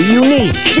unique